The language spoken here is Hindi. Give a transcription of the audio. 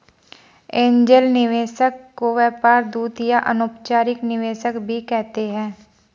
एंजेल निवेशक को व्यापार दूत या अनौपचारिक निवेशक भी कहते हैं